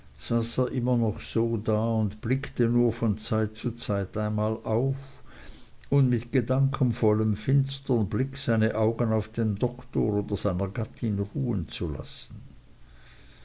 immer noch so da und blickte nur von zeit zu zeit einmal auf um mit gedankenvollem finstern blick seine augen auf dem doktor oder seiner gattin ruhen zu lassen